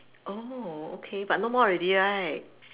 oh okay but no more already right